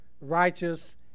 righteous